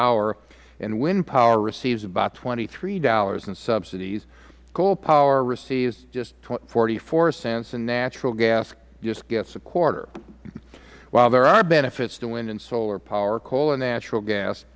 hour and wind power receives about twenty three dollars in subsidies coal power receives just forty four cents and natural gas just gets a quarter while there are benefits to wind and solar power coal and natural gas